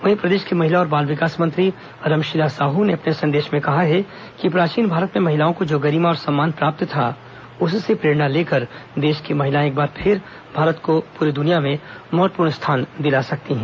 वहीं प्रदेश की महिला और बाल विकास मंत्री रमशिला साहू ने अपने संदेश में कहा है कि प्राचीन भारत में महिलाओं को जो गरिमा और सम्मान प्राप्त था उससे प्रेरणा लेकर देश की महिलाएं एक बार फिर भारत को पूरी दुनिया में महत्वपूर्ण स्थान दिला सकती हैं